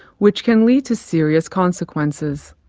which can lead to serious consequences,